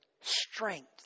strength